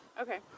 Okay